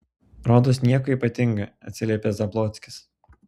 rodos nieko ypatinga atsiliepė zablockis